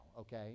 okay